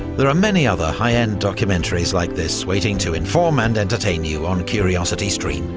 there are many other high-end documentaries like this waiting to inform and entertain you on curiosity stream,